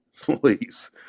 please